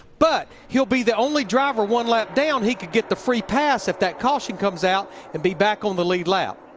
but he'll be the only driver one lap down, he could get the free pass if that caution comes out and be back on the lead lap.